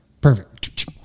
Perfect